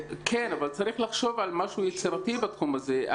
צריך לחשוב על משהו יצירתי בתחום הזה.